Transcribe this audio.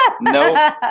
no